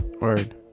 Word